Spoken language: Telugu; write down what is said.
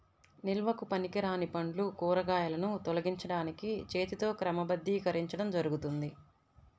నిల్వకు పనికిరాని పండ్లు, కూరగాయలను తొలగించడానికి చేతితో క్రమబద్ధీకరించడం జరుగుతుంది